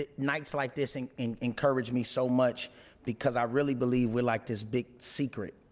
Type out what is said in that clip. ah nights like this and and encouraged me so much because i really believe we're like this big secret,